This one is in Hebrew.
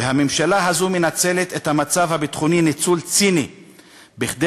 והממשלה הזאת מנצלת את המצב הביטחוני ניצול ציני כדי